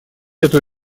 эту